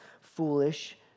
foolish